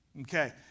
okay